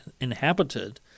inhabited